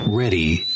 Ready